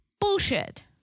bullshit